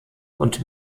und